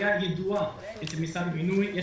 צריך